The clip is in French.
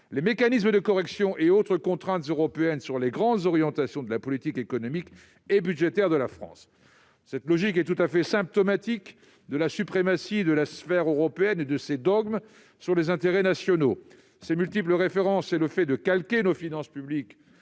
les mécanismes de correction et autres contraintes européennes pesant sur les grandes orientations de la politique économique et budgétaire de la France. La logique qui les sous-tend est tout à fait symptomatique de la suprématie de la sphère européenne et de ses dogmes sur les intérêts nationaux. Ces multiples références et le fait de calquer nos finances publiques